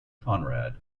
conrad